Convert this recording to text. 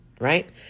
right